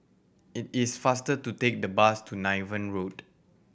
it is faster to take the bus to Niven Road